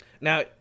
Now